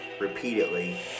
repeatedly